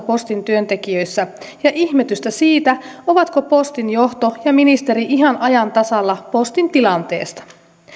postin työntekijöissä suurta huolta ja ihmetystä siitä ovatko postin johto ja ministeri ihan ajan tasalla postin tilanteesta